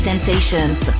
Sensations